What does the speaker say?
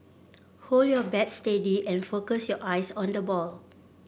hold your bat steady and focus your eyes on the ball